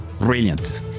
Brilliant